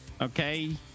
Okay